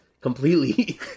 completely